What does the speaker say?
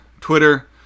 Twitter